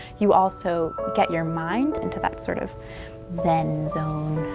you also get your mind into that sort of zen zone.